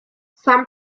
some